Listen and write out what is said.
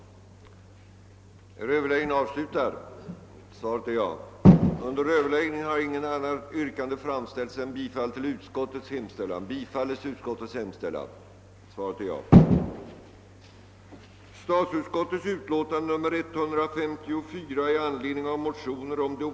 mening ge Kungl. Maj:t till känna vad reservanterna anfört.